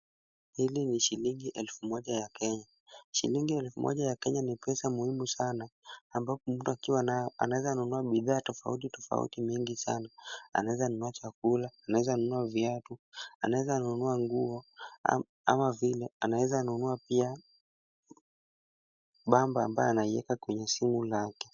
Hili ni shilingi elfu moja ya Kenya. Shilingi elfu moja ya kenya ni pesa muhimu sana, ambapo mtu akiwa nayo anaweza nunua bidhaa tofauti tofuti. Anaweza nunua chakula, anaweza nunua viatu, anaweza nunua nguo ama vile anaweza nunua pia bamba ambaye anaiweka kwenye simu yake.